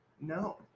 no